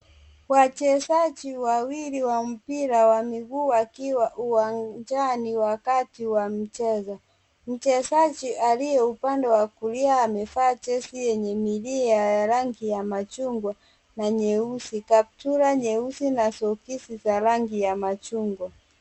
Wachezaji wawili wa mpira wa miguu, wakiwa uwanjani wakati wa mchezo. Mchezaji aliye upande wa kulia, amevaa jezi yenye milia ya rangi ya machungwa, na nyeusi, kaptura nyeusi, na soksi za rangi ya machungwa.